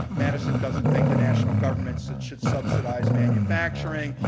madison doesn't think the national government so should subsidize manufacturing.